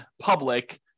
public